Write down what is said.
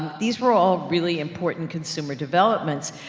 these were all really important consumer developments,